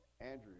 Andrew